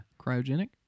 Cryogenic